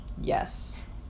Yes